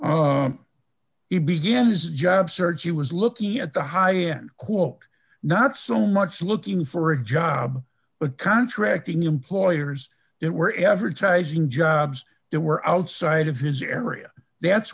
he begins job search he was looking at the high end quote not so much looking for a job but contracting employers there were advertising jobs that were outside of his area that's